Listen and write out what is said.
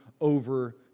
over